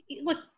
look